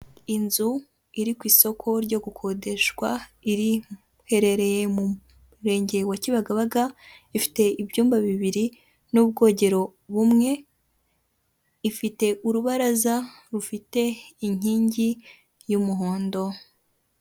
Inzu iri ku isoko ryo gukodeshwa iri iherereye mu mu murenge wa Kibagabaga ifite ibyumba bibiri n'ubwogero bumwe ifite urubaraza rufite inkingi y'umuhondo.